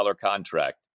contract